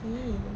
um